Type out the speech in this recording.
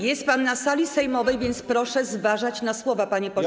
Jest pan na sali sejmowej, więc proszę zważać na słowa, panie pośle.